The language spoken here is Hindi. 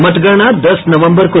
मतगणना दस नवम्बर को